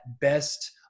best